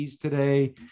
today